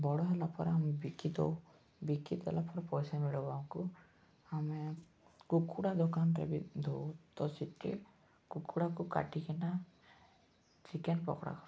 ବଡ଼ ହେଲା ପରେ ଆମେ ବିକି ଦେଉ ବିକିଦେଲା ପରେ ପଇସା ମିଳିବ ଆମକୁ ଆମେ କୁକୁଡ଼ା ଦୋକାନରେ ବି ଦେଉ ତ ସେଠି କୁକୁଡ଼ାକୁ କାଟିକିନା ଚିକେନ ପକୋଡ଼ା କରନ୍ତି